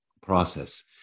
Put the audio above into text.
process